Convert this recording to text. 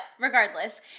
regardless